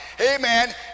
amen